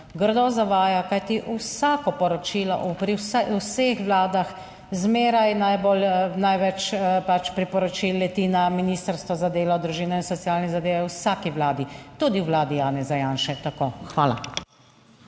grdo zavaja, kajti pri vsakem poročilu pri vseh vladah zmeraj največ priporočil pač leti na Ministrstvo za delo, družino in socialne zadeve. V vsaki vladi, tudi v vladi Janeza Janše. Tako.